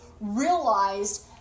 realized